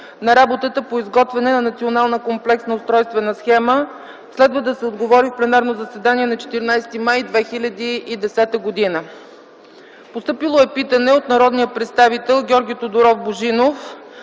на работата по изготвяне на Национална комплексна устройствена схема. Следва да се отговори в пленарното заседание на 14 май 2010 г. Постъпило е питане от народния представител Георги Тодоров Божинов